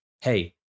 hey